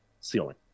Ceiling